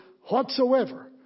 whatsoever